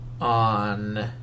on